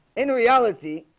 in reality